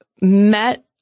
met